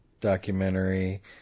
documentary